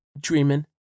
Dreaming